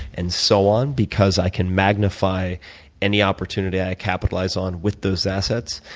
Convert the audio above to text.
and so on, because i can magnify any opportunity i capitalize on with those assets.